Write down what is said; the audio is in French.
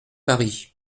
paris